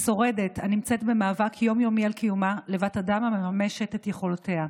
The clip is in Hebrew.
משורדת הנמצאת במאבק יום-יומי על קיומה לבת אדם המממשת את יכולותיה.